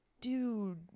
dude